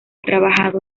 trabajado